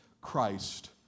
Christ